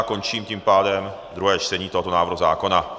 Končím tím pádem druhé čtení tohoto návrhu zákona.